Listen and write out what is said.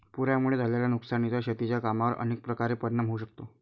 पुरामुळे झालेल्या नुकसानीचा शेतीच्या कामांवर अनेक प्रकारे परिणाम होऊ शकतो